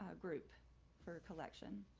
ah group for collection.